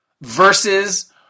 versus